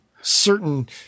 certain